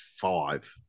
five